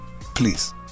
Please